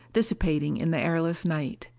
dissipating in the airless night.